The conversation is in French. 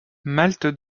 malte